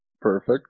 Perfect